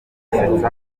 uri